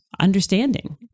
understanding